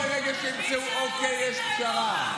תפסיקו עם הסאגה הזאת.